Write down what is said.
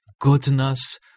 goodness